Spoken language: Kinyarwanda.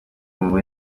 mubi